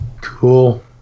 Cool